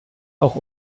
auch